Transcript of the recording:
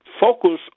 focus